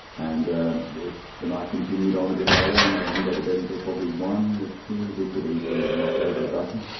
and if the night continued on a bit later and i didn't go to bed until probably one, we could easily have knocked over a dozen,